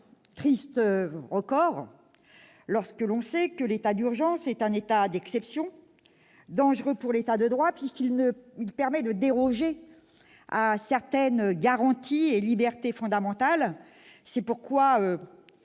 Triste record, lorsque l'on sait que l'état d'urgence est un état d'exception, dangereux pour l'État de droit, puisqu'il permet de déroger à certaines garanties et libertés fondamentales. C'est pourquoi